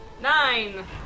Nine